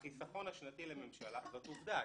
החיסכון השנתי לממשלה זאת עובדה.